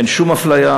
אין שום אפליה.